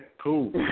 Cool